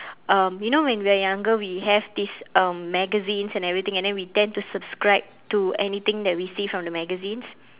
um you know when we are younger we have this um magazines and everything and then we tend to subscribe to anything that we see from the magazines